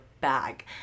bag